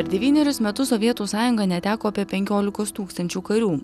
per devynerius metus sovietų sąjunga neteko apie penkiolikos tūkstančių karių